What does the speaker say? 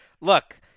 look –